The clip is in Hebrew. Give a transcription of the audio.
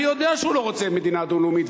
אני יודע שהוא לא רוצה מדינה דו-לאומית,